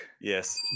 Yes